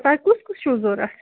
تۄہہِ کُس کُس چھُو ضوٚرتھ